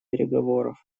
переговоров